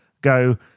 go